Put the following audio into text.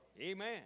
Amen